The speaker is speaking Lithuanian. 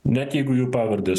net jeigu jų pavardės